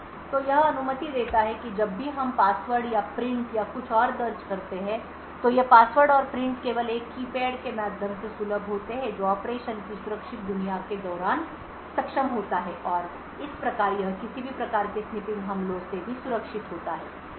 तो यह अनुमति देता है कि जब भी हम पासवर्ड या प्रिंट या कुछ और दर्ज करते हैं तो ये पासवर्ड और प्रिंट केवल एक कीपैड के माध्यम से सुलभ होते हैं जो ऑपरेशन की सुरक्षित दुनिया के दौरान सक्षम होता है और इस प्रकार यह किसी भी प्रकार के स्निपिंग हमलों से भी सुरक्षित होता है